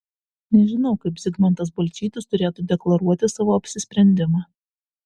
nežinau kaip zigmantas balčytis turėtų deklaruoti savo apsisprendimą